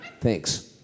Thanks